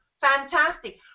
fantastic